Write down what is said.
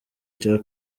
cya